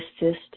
assist